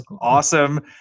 awesome